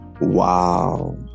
Wow